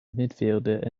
midfielder